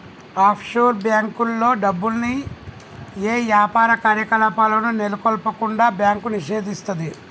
offshore బ్యేంకుల్లో డబ్బుల్ని యే యాపార కార్యకలాపాలను నెలకొల్పకుండా బ్యాంకు నిషేధిస్తది